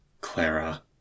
Clara